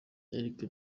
erik